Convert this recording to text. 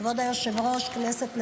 כבוד היושב-ראש, כנסת נכבדה,